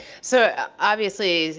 so obviously,